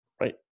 right